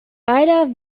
beider